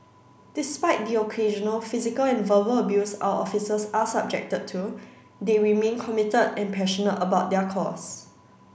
despite the occasional physical and verbal abuse our officers are subjected to they remain committed and passionate about their cause